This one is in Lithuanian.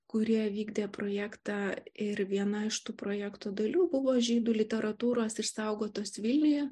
kurie vykdė projektą ir viena iš tų projekto dalių buvo žydų literatūros išsaugotos vilniuje